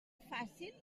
fàcil